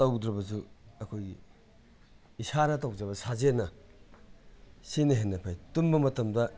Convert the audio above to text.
ꯇꯧꯗ꯭ꯔꯕꯁꯨ ꯑꯩꯈꯣꯏꯒꯤ ꯏꯁꯥꯅ ꯇꯧꯖꯕ ꯁꯥꯖꯦꯟꯅ ꯁꯤꯅ ꯍꯦꯟꯅ ꯐꯩ ꯇꯨꯝꯕ ꯃꯇꯝꯗ